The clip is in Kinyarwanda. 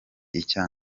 icya